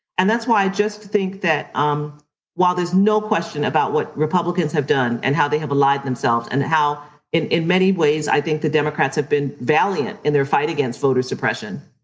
and that's why i just think that um while there's no question about what republicans have done and how they have aligned themselves and how in in many ways i think the democrats have been valiant in their fight against voter suppression.